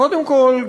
קודם כול,